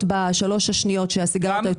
בשלוש השנים השניות שהסיגריות האלקטרוניות בעלייה.